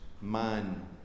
man